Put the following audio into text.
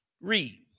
Read